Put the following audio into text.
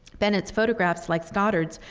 bennett's photographs, like stoddard's,